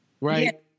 right